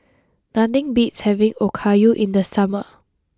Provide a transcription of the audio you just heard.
nothing beats having Okayu in the summer